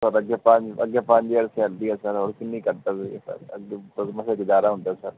sir ਅੱਗੇ ਪੰਜ ਅੱਗੇ ਪੰਜ ਹਜ਼ਾਰ ਸੈਲਰੀ ਹੈ ਸਰ ਹੋਰ ਕਿੰਨੀ ਕੱਟ ਸਕਦੇ ਹੈ ਸਰ ਅੱਗੇ ਮਸਾਂ ਗੁਜ਼ਾਰਾ ਹੁੰਦਾ ਸਰ